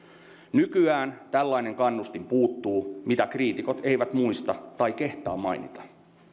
nykyään tällainen kannustin puuttuu mitä kriitikot eivät muista tai kehtaa mainita